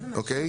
אוקיי?